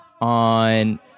on